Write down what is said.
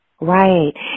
Right